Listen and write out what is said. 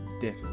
death